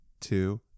two